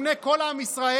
בפני כל עם ישראל,